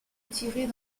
tirer